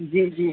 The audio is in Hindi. जी जी